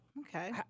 okay